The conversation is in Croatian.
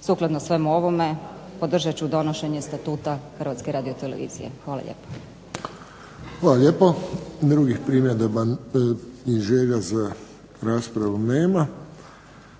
Sukladno svemu ovome podržat ću donošenje Statuta Hrvatske radiotelevizije. Hvala lijepo. **Friščić, Josip (HSS)** Hvala lijepo. Drugih primjedaba i želja za raspravu nema.